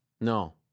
No